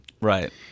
Right